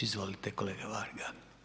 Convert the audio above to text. Izvolite kolega Varga.